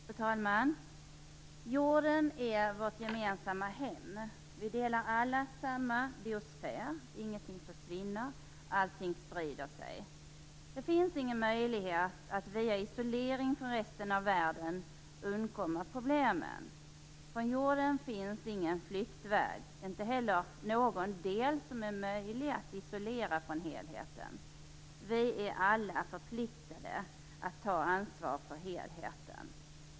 Fru talman! Jorden är vårt gemensamma hem. Vi delar alla samma biosfär - ingenting försvinner och allting sprider sig. Det finns ingen möjlighet att via isolering från resten av världen undkomma problemen. Från jorden finns ingen flyktväg, och inte heller finns det någon del som är möjlig att isolera från helheten. Vi är alla förpliktade att ta ansvar för helheten.